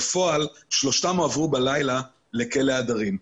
בפועל שלושתם הועברו בלילה לכלא הדרים.